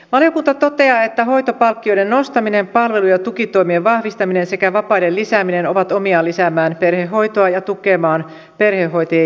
valiokunta toteaa että hoitopalkkioiden nostaminen palvelu ja tukitoimien vahvistaminen sekä vapaiden lisääminen ovat omiaan lisäämään perhehoitoa ja tukemaan perhehoitajien jaksamista